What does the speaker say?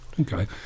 Okay